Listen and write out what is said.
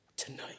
Tonight